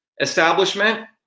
establishment